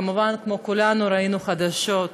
כמובן, כמו כולנו, ראיתי חדשות.